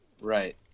right